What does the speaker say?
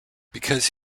because